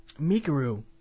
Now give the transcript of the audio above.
Mikuru